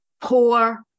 poor